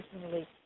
personally